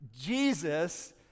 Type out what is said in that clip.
Jesus